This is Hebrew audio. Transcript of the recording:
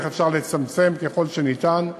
ואיך אפשר לצמצם ככל שניתן.